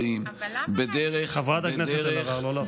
בחדרי-חדרים, בדרך, אבל למה להגיד את זה?